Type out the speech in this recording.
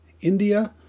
India